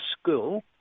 school